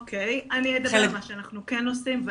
אני אדבר על מה שאנחנו כן עושים.